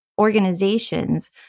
organizations